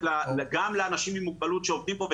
גם לאנשים עם מוגבלות שעובדים פה,